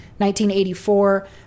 1984